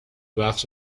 بخش